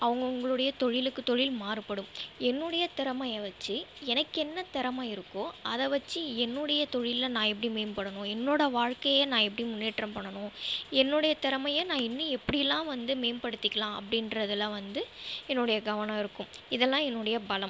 அவங்கவுங்களுடைய தொழிலுக்கு தொழில் மாறுபடும் என்னோடைய திறமையை வச்சி எனக்கென்ன திறம இருக்கோ அதை வச்சி என்னோடைய தொழிலில் நான் எப்படி மேம்படணும் என்னோடய வாழ்க்கையை நான் எப்படி முன்னேற்றம் பண்ணணும் என்னோடைய திறமையை நான் இன்னும் எப்படிலா வந்து மேம்படுத்திக்கலாம் அப்படின்றதுல வந்து என்னோடைய கவனம்ருக்கும் இதெல்லாம் என்னோடைய பலம்